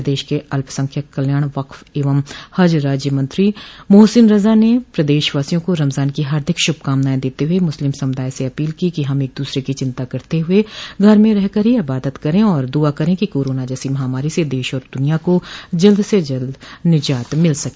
प्रदेश के अल्पसंख्यक कल्याण वक्फ एवं हज राज्य मंत्री मोहसिन रजा ने प्रदेशवासियों को रमजान की हार्दिक शुभकामनाएं देते हुए मुस्लिम समुदाय से अपील की कि हम एक दूसरे की चिंता करते हुए घर में रह कर ही इबादत करें और दुआ करें कि कोरोना जैसी महामारी से देश और द्निया को जल्द से जल्द निजात मिल सके